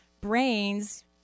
brains